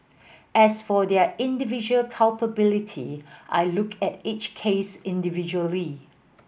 as for their individual culpability I looked at each case individually